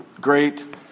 great